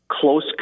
close